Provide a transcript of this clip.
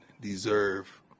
deserve